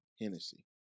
Hennessy